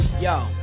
Yo